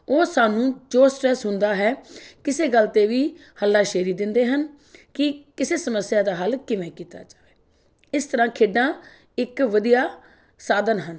ਉਹ ਸਾਨੂੰ ਜੋ ਸਟਰੈੱਸ ਹੁੰਦਾ ਹੈ ਕਿਸੇ ਗੱਲ 'ਤੇ ਵੀ ਹੱਲਾਸ਼ੇਰੀ ਦਿੰਦੇ ਹਨ ਕਿ ਕਿਸੇ ਸਮੱਸਿਆ ਦਾ ਹੱਲ ਕਿਵੇਂ ਕੀਤਾ ਜਾਵੇ ਇਸ ਤਰ੍ਹਾਂ ਖੇਡਾਂ ਇੱਕ ਵਧੀਆ ਸਾਧਨ ਹਨ